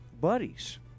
buddies